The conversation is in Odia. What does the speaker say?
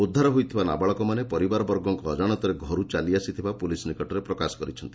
ଉଦ୍ଧାର ହୋଇଥିବା ନାବାଳକମାନେ ପରିବାରବର୍ଗଙ୍ଙ ଅଜାଣତରେ ଘରୁ ଚାଲିଆସିଥିବା ପୁଲିସ୍ ନିକଟରେ ପ୍ରକାଶ କରିଛନ୍ତି